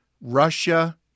Russia